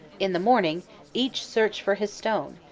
in the morning each searched for his stone,